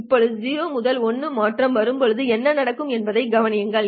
இப்போது 0 முதல் 1 மாற்றம் வரும்போது என்ன நடக்கும் என்பதைக் கவனியுங்கள்